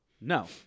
No